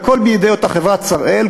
הכול בידי אותה חברת "שראל".